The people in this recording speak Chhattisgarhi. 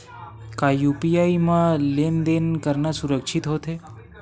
का यू.पी.आई म लेन देन करना सुरक्षित होथे?